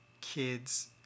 kids